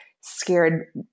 scared